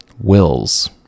wills